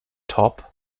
top